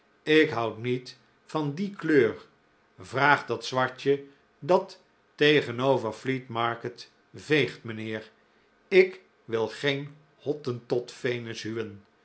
ik houd niet van die kleur vraag dat zwartje dat tegenover fleet market veegt mijnheer ik wil geen